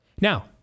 Now